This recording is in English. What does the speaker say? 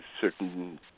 certain